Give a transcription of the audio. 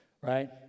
Right